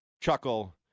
chuckle